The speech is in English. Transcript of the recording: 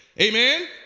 Amen